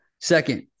Second